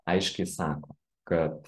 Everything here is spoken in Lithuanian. aiškiai sako kad